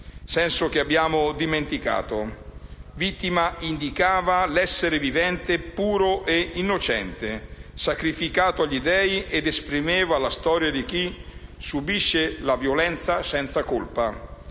che abbiamo dimenticato. «Vittima» indicava l'essere vivente puro e innocente, sacrificato agli dei, ed esprimeva la storia di chi subisce la violenza senza colpa,